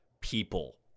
people